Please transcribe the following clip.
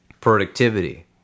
productivity